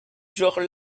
genre